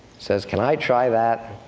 says, can i try that?